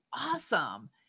awesome